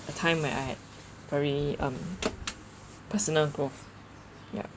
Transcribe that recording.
the time when I had very um personal growth ya